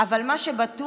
אבל מה שבטוח,